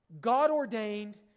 God-ordained